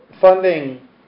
funding